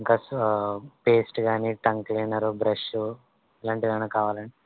ఇంకా so paste కానీ tongue cleaner brush ఇలాంటివేవైనా కావాలండి